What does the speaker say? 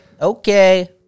okay